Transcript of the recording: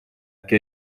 que